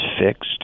fixed